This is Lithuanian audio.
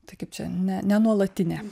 tai kaip čia ne nenuolatinė